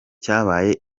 cyabaye